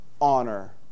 honor